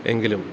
എങ്കിലും